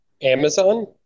Amazon